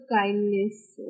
kindness